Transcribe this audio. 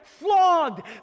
flogged